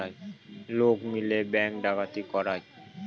লোক মিলে ব্যাঙ্ক ডাকাতি করায়